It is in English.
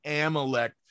Amalek